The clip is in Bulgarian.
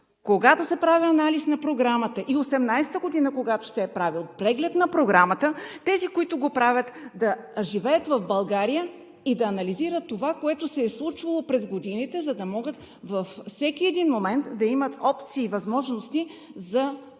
когато се прави анализ на Програмата, и 2018 г., когато се е правел преглед на Програмата, тези, които го правят, да живеят в България и да анализират това, което се е случвало през годините, за да могат във всеки един момент да имат опции и възможности за подкрепа